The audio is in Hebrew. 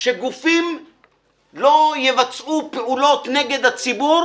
שגופים לא יבצעו פעולות נגד הציבור